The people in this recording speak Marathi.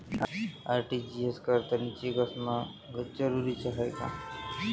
आर.टी.जी.एस करतांनी चेक असनं जरुरीच हाय का?